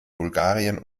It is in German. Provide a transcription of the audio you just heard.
bulgarien